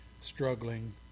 struggling